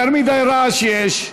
יותר מדי רעש יש.